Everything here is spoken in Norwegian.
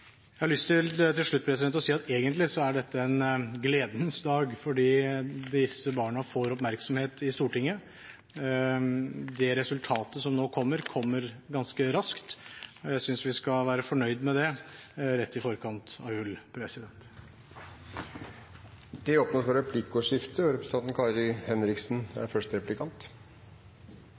Jeg har til slutt lyst til å si at egentlig er dette en gledens dag fordi disse barna får oppmerksomhet i Stortinget. Det resultatet som nå kommer, kommer ganske raskt. Jeg synes vi skal være fornøyd med det rett i forkant av jul. Det blir replikkordskifte. Ja, justisminister, jeg er veldig glad. Jeg synes dette er